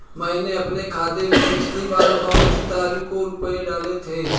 मैंने अपने खाते में पिछली बार कौनसी तारीख को रुपये डाले थे?